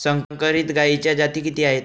संकरित गायीच्या जाती किती आहेत?